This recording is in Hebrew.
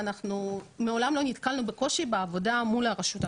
אנחנו מעולם לא נתקלנו בקושי בעבודה מול הרשות המקומית.